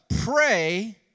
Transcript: Pray